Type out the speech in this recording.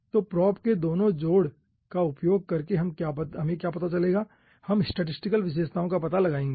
तो प्रोब के दोनों जोड़े का उपयोग करके हमें क्या पता चलेगा हम स्टैटिस्टिकल विशेषताओं का पता लगाएंगे